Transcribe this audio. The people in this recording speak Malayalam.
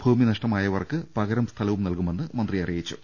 ഭൂമി നഷ്ടമായവർക്ക് പകരം സ്ഥലവും നൽകുമെന്ന് മന്ത്രി അറിയിച്ചു